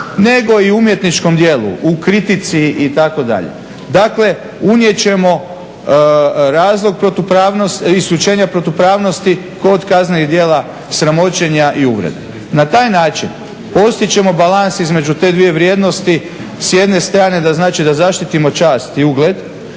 nego i u umjetničkom djelu, u kritici i tako dalje. Dakle, unijet ćemo razlog protupravnosti, isključenja protupravnosti kod kaznenih djela sramoćenja i uvrede. Na taj način postići ćemo balans između te dvije vrijednosti, s jedne strane znači da zaštitimo čast i ugled